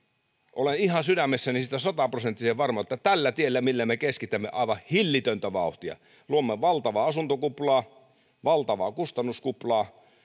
olen ihan sydämessäni siitä sataprosenttisen varma että tällä tiellä millä me keskitämme aivan hillitöntä vauhtia me luomme valtavaa asuntokuplaa valtavaa kustannuskuplaa ja